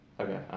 Okay